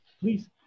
please